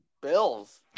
Bills